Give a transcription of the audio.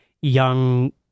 young